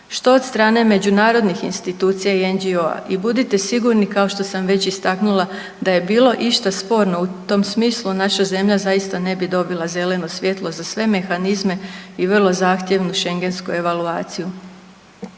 što od strane međunarodnih institucija i NGO-a i budite sigurni kao što sam već istaknula da je bilo išta sporno u tom smislu naša zemlja zaista ne bi dobila zeleno svjetlo za sve mehanizme i vrlo zahtjevnu Schengensku evaluaciju.